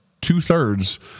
two-thirds